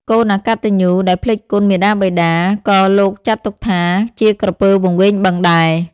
កូនអកត្តញ្ញូដែលភ្លេចគុណមាតាបិតា ក៏លោកចាត់ទុកថា ជាក្រពើវង្វេងបឹងដែរ ។